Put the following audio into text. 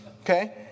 okay